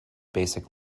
basic